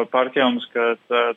partijoms kad